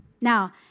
Now